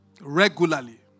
regularly